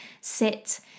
sit